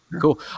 Cool